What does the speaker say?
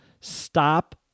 stop